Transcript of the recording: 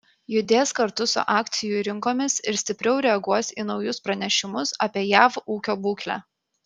judės kartu su akcijų rinkomis ir stipriau reaguos į naujus pranešimus apie jav ūkio būklę